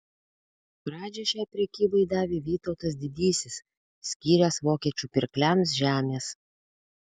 pradžią šiai prekybai davė vytautas didysis skyręs vokiečių pirkliams žemės